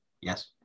yes